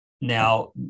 Now